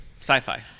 sci-fi